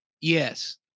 yes